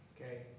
Okay